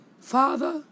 Father